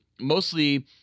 mostly